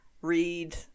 read